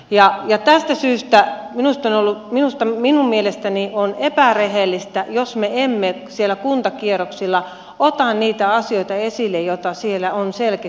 ja tästä syystä minusta ja minusta minun mielestäni on että rehellistä jos me emme siellä kuntakierroksilla ottaa niitä asioita esille joita siellä on selitti